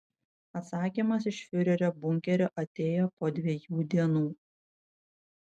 atsakymas iš fiurerio bunkerio atėjo po dviejų dienų